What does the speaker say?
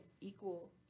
equal